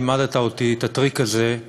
לימדת אותי את הטריק הזה,